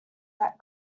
that